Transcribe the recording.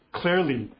clearly